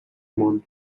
món